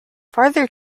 farther